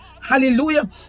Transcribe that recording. Hallelujah